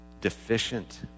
deficient